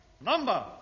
Number